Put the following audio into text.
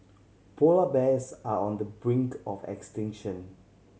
polar bears are on the brink of extinction